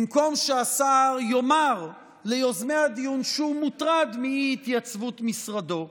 במקום שהשר יאמר ליוזמי הדיון שהוא מוטרד מאי-התייצבות משרדו,